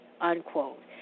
unquote